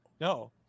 No